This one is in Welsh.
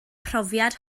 profiad